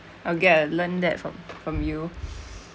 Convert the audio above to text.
okay I learn that from from you